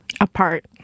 apart